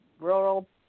rural